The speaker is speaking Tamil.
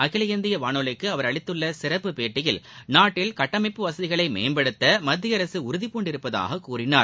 அகில இந்திய வானொலிக்கு அவர் அளித்துள்ள சிறப்புப்பேட்டியில் நாட்டில் கட்டமைப்பு வசதிகளை மேம்படுத்த மத்திய அரசு உறுதிபூண்டுள்ளதாக கூறினார்